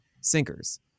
sinkers